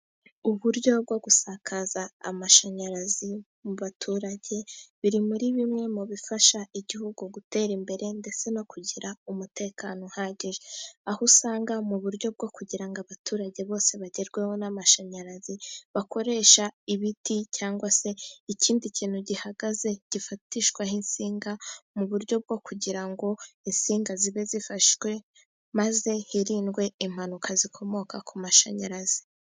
Uburyo bwo gusakaza amashanyarazi mu baturage biri muri bimwe mu bifasha igihugu gutera imbere, ndetse no kugira umutekano uhagije. Aho usanga, mu buryo bwo kugira ngo abaturage bose bagerweho n’amashanyarazi, bakoresha ibiti cyangwa se ikindi kintu gihagaze gifatishwaho insinga, mu buryo bwo kugira ngo insinga zibe zifashwe, maze hirindwe impanuka zikomoka ku mashanyarazi.